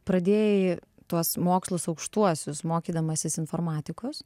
pradėjai tuos mokslus aukštuosius mokydamasis informatikos